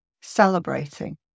celebrating